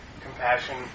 compassion